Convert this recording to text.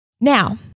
Now